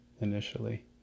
initially